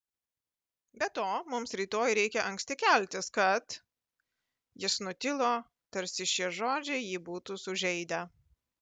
be to mums rytoj reikia anksti keltis kad jis nutilo tarsi šie žodžiai jį būtų sužeidę